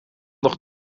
nog